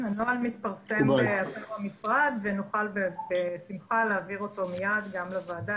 הנוהל מתפרסם במשרד ונוכל בשמחה להעביר אותו מיד גם לוועדה,